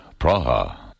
Praha